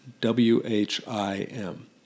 W-H-I-M